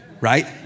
right